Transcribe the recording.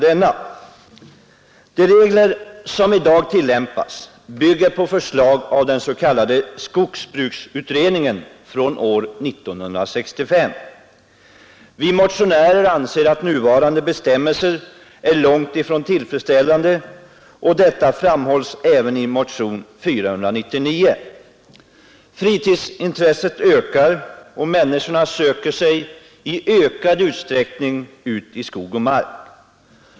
De regler som i dag tillämpas bygger på ett förslag av den s.k. skogsbruksutredningen från år 1965. Vi motionärer anser att nuvarande bestämmelser är långtifrån tillfredsställande — detta framhålles även i motionen 499. Friluftsintresset ökar och människorna söker sig i ökad utsträckning ut i skog och mark.